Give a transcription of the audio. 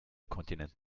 kontinent